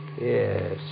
Yes